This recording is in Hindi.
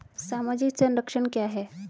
सामाजिक संरक्षण क्या है?